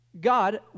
God